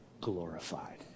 glorified